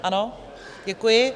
Ano, děkuji.